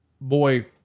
boy